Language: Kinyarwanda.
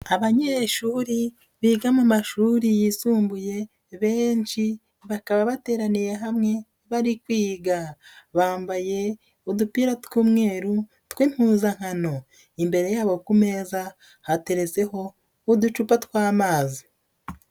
Abanyeshuri biga mu mashuri yisumbuye benshi, bakaba bateraniye hamwe bari kwiga. Bambaye udupira tw'umweru tw'impuzankano. Imbere yabo ku meza, hateretseho uducupa tw'amazi.